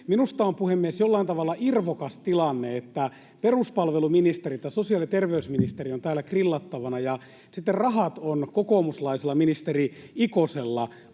Minusta on, puhemies, jollain tavalla irvokas tilanne, että peruspalveluministeri ja sosiaali- ja terveysministeri ovat täällä grillattavina ja sitten rahat on kokoomuslaisella ministeri Ikosella.